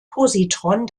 positron